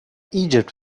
egypt